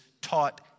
taught